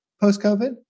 post-COVID